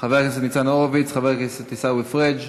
חבר הכנסת ניצן הורוביץ, חבר הכנסת עיסאווי פריג',